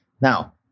Now